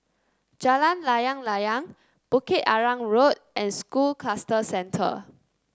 Jalan Layang Layang Bukit Arang Road and School Cluster Centre